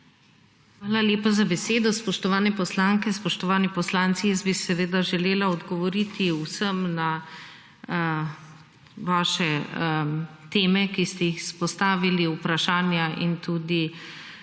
Hvala lepa za besedo. Spoštovane poslanke, spoštovani poslanci! Jaz bi seveda želela odgovori vsem na vaše teme, ki ste jih izpostavili vprašanja in tudi